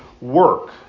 work